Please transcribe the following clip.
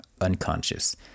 unconscious